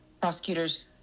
Prosecutors